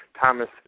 Thomas